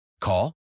Call